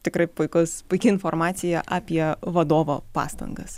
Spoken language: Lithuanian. tikrai puikus puiki informacija apie vadovo pastangas